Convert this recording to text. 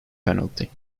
penalty